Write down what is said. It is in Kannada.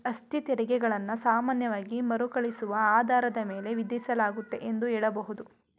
ಆಸ್ತಿತೆರಿಗೆ ಗಳನ್ನ ಸಾಮಾನ್ಯವಾಗಿ ಮರುಕಳಿಸುವ ಆಧಾರದ ಮೇಲೆ ವಿಧಿಸಲಾಗುತ್ತೆ ಎಂದು ಹೇಳಬಹುದು